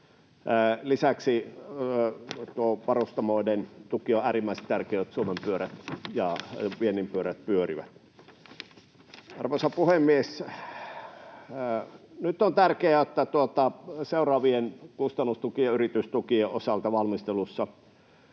Lisäksi tuo varustamoiden tuki on äärimmäisen tärkeä, jotta Suomen pyörät ja viennin pyörät pyörivät. Arvoisa puhemies! Nyt on tärkeää, että seuraavien kustannustukien ja yritystukien osalta valmistelussa